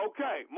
Okay